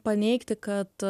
paneigti kad